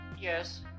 yes